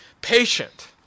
patient